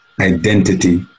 Identity